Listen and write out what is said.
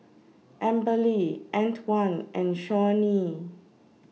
Amberly Antwon and Shawnee